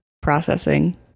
processing